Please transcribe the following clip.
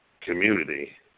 community